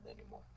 anymore